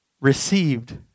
received